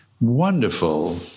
wonderful